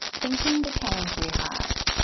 thinking became too hard.